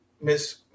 Miss